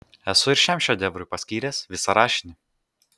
esu ir šiam šedevrui paskyręs visą rašinį